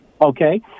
Okay